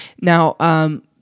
Now